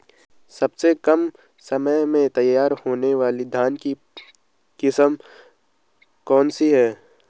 सबसे कम समय में तैयार होने वाली धान की किस्म कौन सी है?